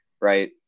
right